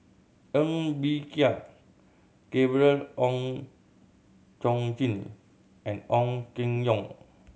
Ng Bee Kia Gabriel Oon Chong Jin and Ong Keng Yong